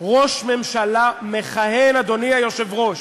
ראש ממשלה מכהן, אדוני היושב-ראש,